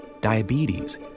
diabetes